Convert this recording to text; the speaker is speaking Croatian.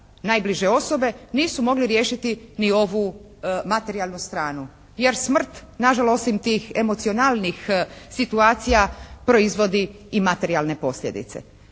najbliže osobe nisu mogli riješiti ni ovu materijalnu stranu. Jer smrt nažalost i tih emocionalnih situacija proizvodi i materijalne posljedice.